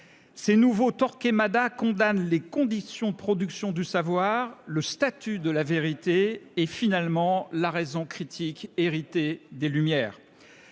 Ces nouveaux Torquemada condamnent les conditions de production du savoir, le statut de la vérité et, finalement, la raison critique héritée des Lumières.